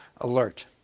alert